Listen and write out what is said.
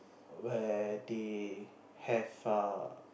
where they have uh